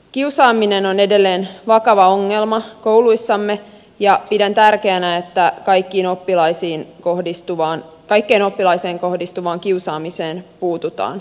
kiusaaminen on edelleen vakava ongelma kouluissamme ja pidän tärkeänä että kaikkeen oppilaisiin kohdistuvaan kiusaamiseen puututaan